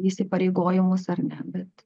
įsipareigojimus ar ne bet